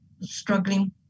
struggling